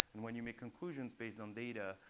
and when you make conclusions based on data,